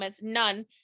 none